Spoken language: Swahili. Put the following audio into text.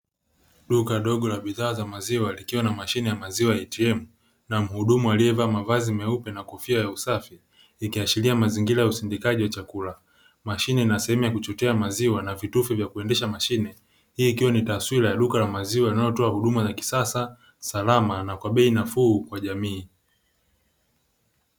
Duka dogo la bidhaa za maziwa likiwa na mashine ya maziwa "ATM" na mhudumu aliyevaa mavazi meupe na kofia ya usafi ikiashiria mazingira ya usindikaji wa chakula. Mashine ina sehemu ya kuchotea maziwa na vitufe vya kuendesha mashine. Hii ikiwa ni taswira ya duka la maziwa linalotoa huduma za kisasa salama na kwa bei nafuu kwa jamii.